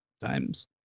times